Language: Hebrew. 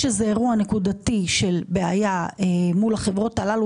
יש איזה אירוע נקודתי של בעיה מול החברות הללו